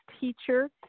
teacher